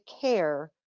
care